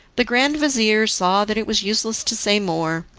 the grand-vizir saw that it was useless to say more,